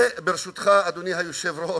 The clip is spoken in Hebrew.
וברשותך, אדוני היושב-ראש,